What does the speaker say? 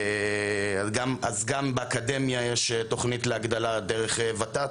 אז גם באקדמיה יש תוכנית להגדלה דרך ות"ת